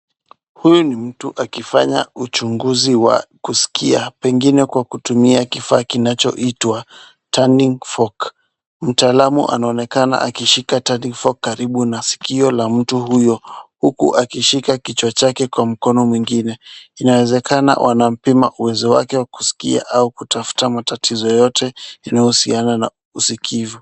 Huyu ni mtu akifanya uchunguzi wa kusikia, pengeni kwa kutumia kifaa kinachoitwa Tuning Fork . Mtaalamu anaonekana akishika Tuning Fork karibu na sikio la mtu huyo, huku akishika kichwa chake kwa mkono mwingine. Inawezekana wanampima uwezo wake wa kusikia au kutafuta matatizo yoyote yanayohusiana na usikivu.